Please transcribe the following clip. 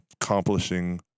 accomplishing